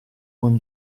con